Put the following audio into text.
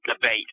debate